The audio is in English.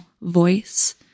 voice